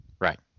right